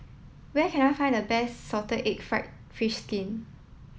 where can I find the best salted egg fried fish skin